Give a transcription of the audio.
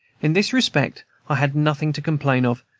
in this respect i had nothing to complain of,